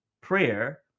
Prayer